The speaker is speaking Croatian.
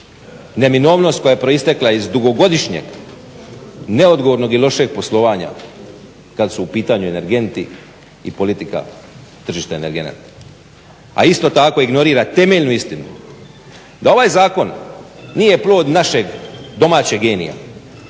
neminovnost koja je proistekla iz dugogodišnjeg neodgovornog i lošeg poslovanja kad su u pitanju energenti i politika tržišta energenata. A isto tako ignorira temeljnu istinu da ovaj zakon nije plod našeg domaćeg genija